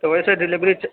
تو ویسے ڈیلیوری